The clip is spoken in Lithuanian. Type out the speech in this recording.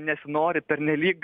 nesinori pernelyg